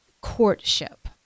courtship